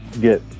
get